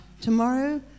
tomorrow